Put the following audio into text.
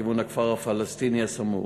לכיוון הכפר הפלסטיני הסמוך.